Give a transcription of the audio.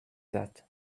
that